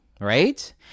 right